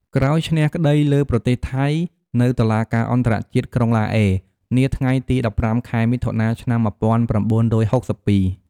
ក្រោយឈ្នះក្តីលើ ប្រទេសថៃ នៅតុលាការអន្តរជាតិ ក្រុងឡាអេ នាថ្ងៃទី ១៥ ខែមិថុនា ឆ្នាំ១៩៦២។